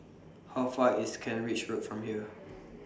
How Far away IS Kent Ridge Road from here